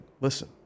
listen